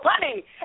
funny